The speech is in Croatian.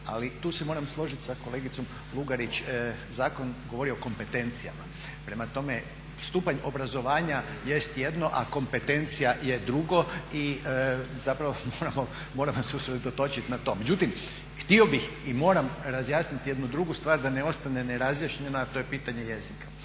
Ali tu se moram složiti sa kolegicom Lugarić, zakon govori o kompetencijama. Prema tome, stupanj obrazovanja jest jedno, a kompetencija je drugo i moramo se usredotočiti na to. Međutim, htio bih i moram razjasniti jednu drugu stvar da ne ostane nerazjašnjena, a to je pitanje jezika.